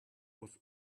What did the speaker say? was